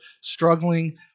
struggling